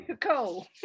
cool